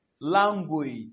Language